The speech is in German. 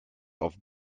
auf